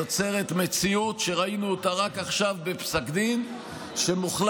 יוצרת מציאות שראינו אותה רק עכשיו בפסק דין שמוחלט